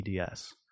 EDS